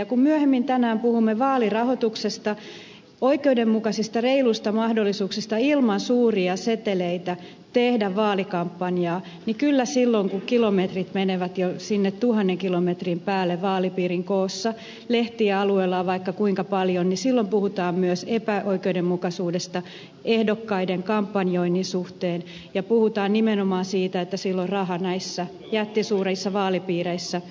ja kun myöhemmin tänään puhumme vaalirahoituksesta oikeudenmukaisista reiluista mahdollisuuksista ilman suuria seteleitä tehdä vaalikampanjaa niin kyllä silloin kun kilometrit menevät jo sinne tuhannen kilometrin päälle vaalipiirin koossa lehtiä alueella on vaikka kuinka paljon puhutaan myös epäoikeudenmukaisuudesta ehdokkaiden kampanjoinnin suhteen ja puhutaan nimenomaan siitä että silloin raha näissä jättisuurissa vaalipiireissä ratkaisisi asiaa